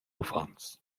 uffants